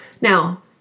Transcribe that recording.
Now